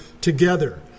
together